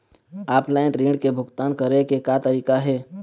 Offline ऋण के भुगतान करे के का तरीका हे?